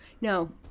no